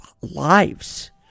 lives